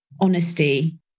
Honesty